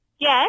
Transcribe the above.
Yes